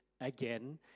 again